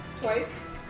Twice